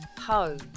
home